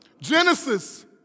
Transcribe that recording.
Genesis